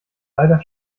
leider